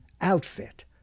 outfit